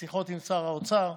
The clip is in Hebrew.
בשיחות עם שר האוצר,